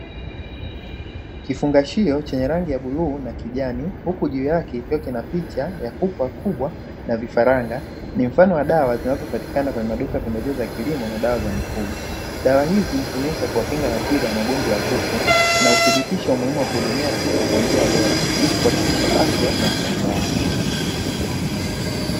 Kifungashio chenye rangi ya bluu na kijani huku juu yake kikiwa kina picha ya kuku wakubwa na vifaranga; ni mfano wa dawa zinazopatikana kwenye maduka ya pembejeo za kilimo na dawa za mifugo. Dawa hizi hutumika kuwakinga na tiba ya magonjwa ya kuku na huthibitisha umuhimu wakuhudumia kuku kwa njia bora, ili kuhakikisha afya na ustawi wao.